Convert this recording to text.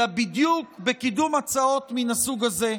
אלא בדיוק בקידום הצעות מן הסוג הזה,